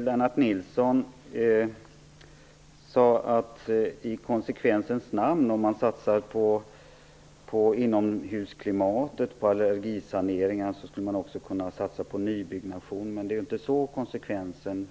Herr talman! Lennart Nilsson sade att om man satsar på inomhusklimatet, dvs. på allergisanering, skulle man i konsekvensens namn också kunna satsa på nybyggnation, men det är ju inte sådan konsekvensen